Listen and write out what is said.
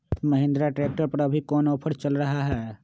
Mahindra tractor पर अभी कोन ऑफर चल रहा है?